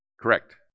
Correct